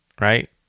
Right